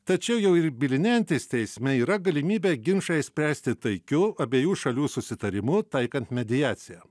tačiau jau ir bylinėjantis teisme yra galimybė ginčą išspręsti taikiu abiejų šalių susitarimu taikant mediaciją